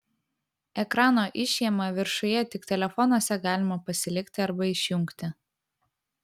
ekrano išėma viršuje tik telefonuose galima pasilikti arba išjungti